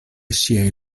ŝiaj